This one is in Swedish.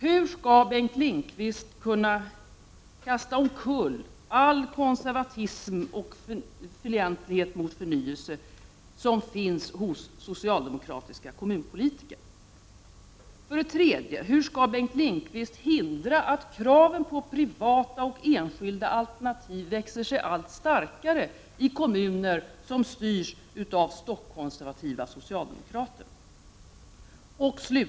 Hur skall Bengt Lindqvist kunna kasta omkull all konservatism och fientlighet mot förnyelse som finns hos socialdemokratiska kommunpolitiker? Hur skall Bengt Lindqvist hindra att kraven på privata och enskilda alternativ växer sig allt starkare i kommuner som styrs av stockkonservativa socialdemokrater?